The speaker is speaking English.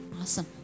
Awesome